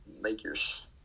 Lakers